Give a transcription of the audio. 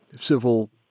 civil